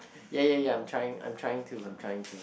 ya ya ya I'm trying I'm trying to I'm trying to